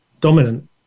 dominant